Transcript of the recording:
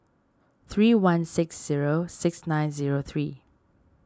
three one six zero six nine zero three